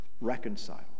reconcile